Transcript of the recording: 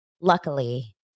luckily